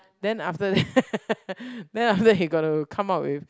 then after that then after that you got to come out with